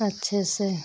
अच्छे से